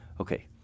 Okay